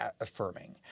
affirming